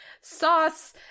sauce